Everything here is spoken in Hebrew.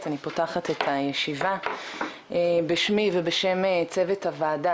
אני פותחת את הישיבה בשמי ובשם צוות הוועדה,